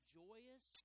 joyous